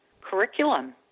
curriculum